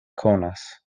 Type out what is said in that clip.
konas